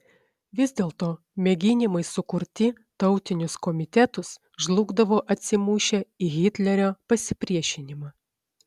vis dėlto mėginimai sukurti tautinius komitetus žlugdavo atsimušę į hitlerio pasipriešinimą